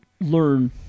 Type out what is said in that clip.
learn